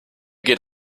geht